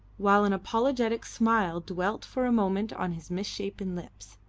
while an apologetic smile dwelt for a moment on his misshapen lips.